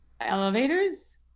Elevators